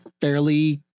Fairly